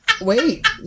Wait